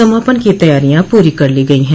समापन की तैयारियां पूरी कर ली गई है